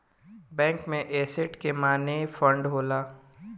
bank में asset के माने फंड होला